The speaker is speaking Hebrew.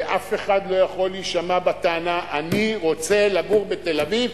ואף אחד לא יכול להישמע בטענה: אני רוצה לגור בתל-אביב.